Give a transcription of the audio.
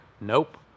nope